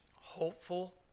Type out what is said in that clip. hopeful